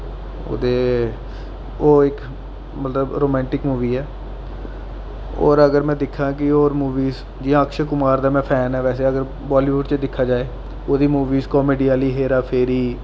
ओह् ते ओह् इक मतलब रोमैंटिक मूवी ऐ और अगर में दिक्खां कि होर मूवियां जि'यां अक्षय कुमार दा में फैन आं वैसे अगर बालिवुड च दिक्खेआ जा ओह्दी मूवियां कामेडी आह्ली हेरा फेरी